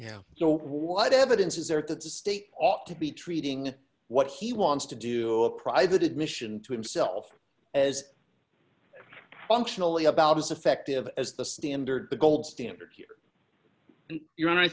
yeah so what evidence is there that the state ought to be treating what he wants to do a private admission to himself as functionally about as effective as the standard the gold standard you're and i